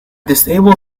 disabled